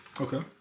Okay